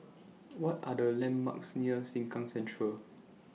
What Are The landmarks near Sengkang Central